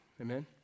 Amen